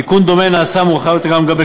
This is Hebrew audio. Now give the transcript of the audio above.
תיקון דומה נעשה מאוחר יותר גם לגבי